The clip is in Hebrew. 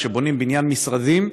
כשבונים בניין משרדים,